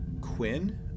Quinn